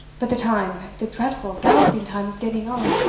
but the time, the dreadful, galloping time, is getting on.